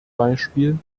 beispiel